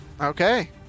Okay